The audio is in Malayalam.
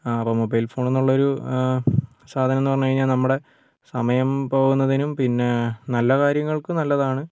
ആ അപ്പോൾ മൊബൈൽ ഫോൺ എന്ന് ഉള്ളൊരു സാധനം എന്ന് പറഞ്ഞ് കഴിഞ്ഞാൽ നമ്മുടെ സമയം പോകുന്നതിനും പിന്നെ നല്ല കാര്യങ്ങൾക്കും നല്ലതാണ്